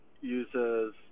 uses